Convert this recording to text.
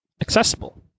accessible